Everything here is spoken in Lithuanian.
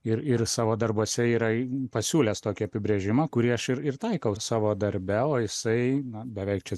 ir ir savo darbuose yra pasiūlęs tokį apibrėžimą kurį aš ir ir taikau savo darbe o jisai na beveik čia